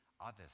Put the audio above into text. others